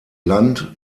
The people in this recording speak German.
land